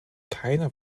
keiner